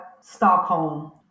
Stockholm